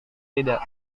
tidak